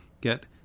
get